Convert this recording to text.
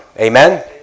Amen